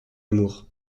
lamour